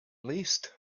least